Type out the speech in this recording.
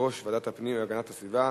יושב-ראש ועדת הפנים והגנת הסביבה,